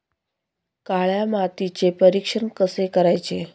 काळ्या मातीचे परीक्षण कसे करायचे?